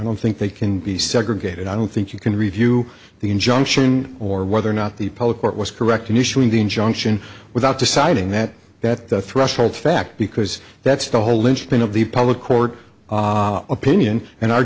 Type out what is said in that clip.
don't think they can be segregated i don't think you can review the injunction or whether or not the public court was correct initially the injunction without deciding that that the threshold fact because that's the whole linchpin of the public court opinion and our